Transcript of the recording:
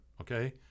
okay